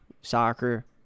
soccer